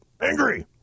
angry